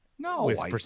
No